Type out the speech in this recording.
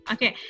Okay